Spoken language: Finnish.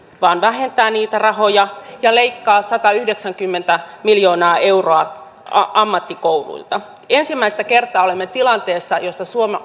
vaan vähentää niitä rahoja ja leikkaa satayhdeksänkymmentä miljoonaa euroa ammattikouluilta ensimmäistä kertaa olemme tilanteessa jossa